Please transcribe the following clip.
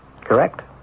Correct